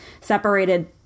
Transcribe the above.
separated